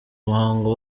muhango